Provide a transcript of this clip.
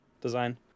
design